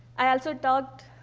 i also talked